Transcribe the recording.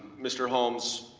mr. holmes,